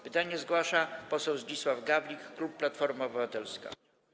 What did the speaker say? Pytanie zgłasza poseł Zdzisław Gawlik, klub Platforma Obywatelska.